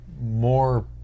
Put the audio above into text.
more